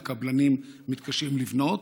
והקבלנים מתקשים לבנות.